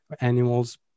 Animals